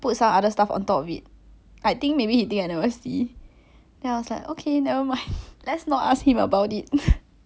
but last time jun tng also say he 他有看到他的 bag 里面有打火机